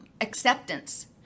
acceptance